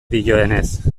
dioenez